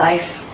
Life